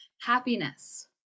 happiness